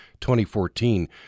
2014